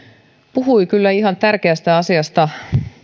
puhui kyllä ihan tärkeästä asiasta